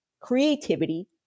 creativity